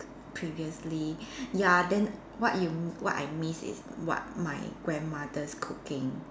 previously ya then what you what I miss is what my grandmother's cooking